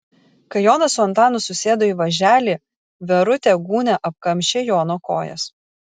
kai jonas su antanu susėdo į važelį verutė gūnia apkamšė jono kojas